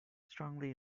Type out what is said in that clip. strongly